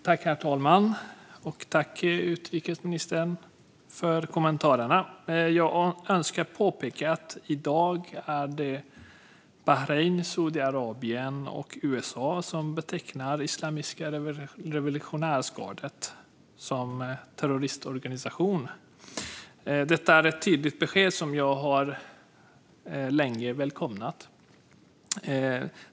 Herr talman! Jag tackar utrikesministern för kommentarerna. Låt mig påpeka att det i dag är Bahrain, Saudiarabien och USA som betecknar Islamiska revolutionsgardet som terroristorganisation. Det är ett tydligt besked som jag välkomnar.